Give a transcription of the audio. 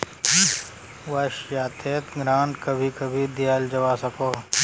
वाय्सायेत ग्रांट कभी कभी दियाल जवा सकोह